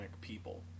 people